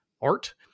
art